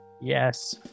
Yes